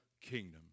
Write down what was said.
kingdom